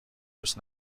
دوست